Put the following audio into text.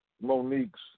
Monique's